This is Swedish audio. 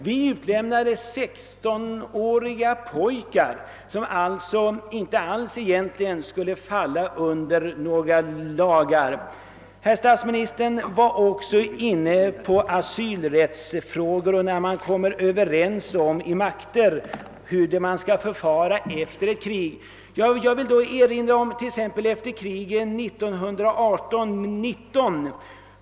Vi utlämnade 16-åriga pojkar, som egentligen inte alls skulle falla under några utlämningslagar. Statsministern var också inne på frågan om asylrätt i samband med att olika makter kommer överens om hur det skall förfaras efter ett krig. Jag vill erinra om hur det gick till efter kriget 1914—1918.